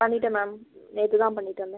பண்ணிவிட்டேன் மேம் நேற்று தான் பண்ணிவிட்டு வந்தேன்